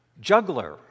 juggler